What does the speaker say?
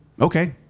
Okay